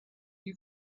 you